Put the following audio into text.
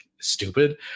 stupid